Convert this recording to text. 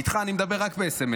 איתך אני מדבר רק בסמ"ס,